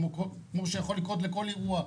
כמו שיכול לקרות לכל אירוע,